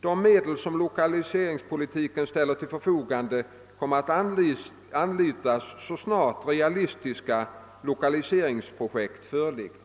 De medel som lokaliseringspolitiken ställer till förfogande kommer att anlitas så snart realistiska lokaliseringsprojekt föreligger.